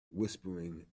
whispering